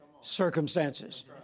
circumstances